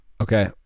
Okay